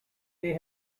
they